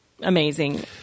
amazing